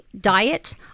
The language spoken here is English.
diet